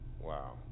Wow